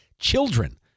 children